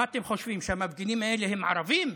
מה אתם חושבים, שהמפגינים האלה הם ערבים?